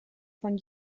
von